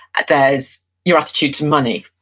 there's your attitude to money.